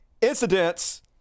incidents